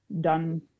done